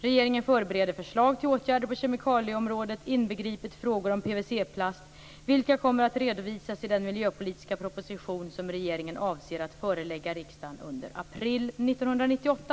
Regeringen förbereder förslag till åtgärder på kemikalieområdet inbegripet frågor om PVC-plast, vilka kommer att redovisas i den miljöpolitiska proposition som regeringen avser att förelägga riksdagen under april 1998.